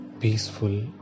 Peaceful